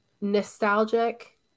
nostalgic